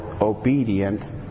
obedient